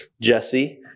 Jesse